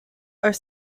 are